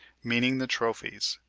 meaning the trophies,